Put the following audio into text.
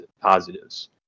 positives